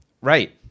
right